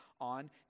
on